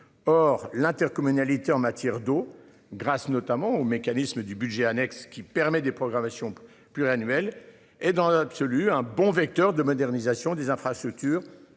Or l'intercommunalité en matière d'eau, grâce notamment aux mécanismes du budget annexe qui permet de programmation pluriannuelle et dans l'absolu, un bon vecteur de modernisation des infrastructures